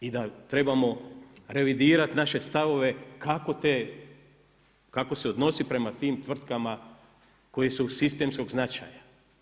I da trebamo revidirati naše stavove kako te, kako se odnositi prema tim tvrtkama koje su od sistemskog značaja.